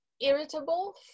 irritable